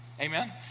amen